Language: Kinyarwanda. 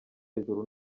hejuru